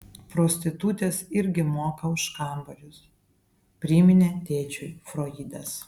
prostitutės irgi moka už kambarius priminė tėčiui froidas